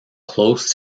close